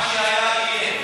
מה שהיה, יהיה.